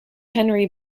henry